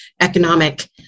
economic